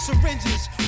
syringes